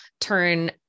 turn